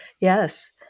yes